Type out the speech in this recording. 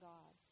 God